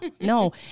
no